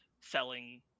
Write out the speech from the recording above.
selling